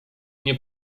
nie